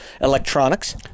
electronics